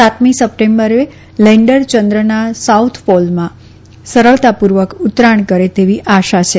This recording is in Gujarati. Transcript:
સાતમી સપ્ટેમ્બરે લેન્ડર ચંદ્રના સાઉથ પોલમાં સરળતા પુર્વક ઉતરાણ કરે તેવી આશા છે